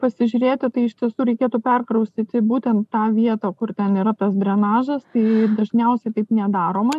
pasižiūrėti tai iš tiesų reikėtų perkraustyti būtent tą vietą kur ten yra tas drenažas tai dažniausiai taip nedaroma